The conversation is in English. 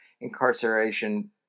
incarceration